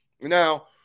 Now